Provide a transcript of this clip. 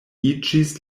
iĝis